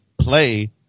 play